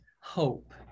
hope